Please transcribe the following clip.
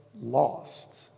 lost